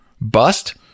bust